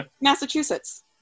Massachusetts